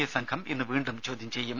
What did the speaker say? A സംഘം ഇന്ന് വീണ്ടും ചോദ്യംചെയ്യും